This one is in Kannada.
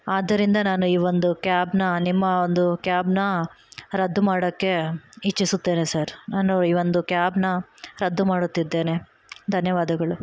ಆದ್ದರಿಂದ ನಾನು ಈ ಒಂದು ಕ್ಯಾಬ್ನ ನಿಮ್ಮ ಒಂದು ಕ್ಯಾಬ್ನ ರದ್ದು ಮಾಡಕ್ಕೆ ಇಚ್ಛಿಸುತ್ತೇನೆ ಸರ್ ನಾನು ಈ ಒಂದು ಕ್ಯಾಬ್ನ ರದ್ದು ಮಾಡುತ್ತಿದ್ದೇನೆ ಧನ್ಯವಾದಗಳು